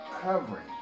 covering